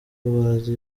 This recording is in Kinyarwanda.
bazi